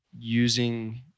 using